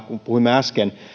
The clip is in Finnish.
kun puhuimme äsken